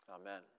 Amen